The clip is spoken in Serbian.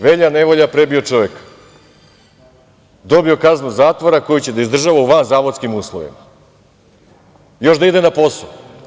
Velja nevolja prebio čoveka, dobio kaznu zatvora koju će da izdržava u vanzadovskim uslovima, još da ide na posao.